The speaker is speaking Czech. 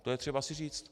To je třeba si říct.